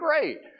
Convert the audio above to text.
great